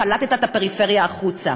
פלטת את הפריפריה החוצה.